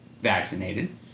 vaccinated